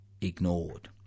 ignored